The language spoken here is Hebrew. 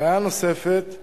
בעיה נוספת באזור,